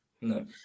No